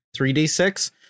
3d6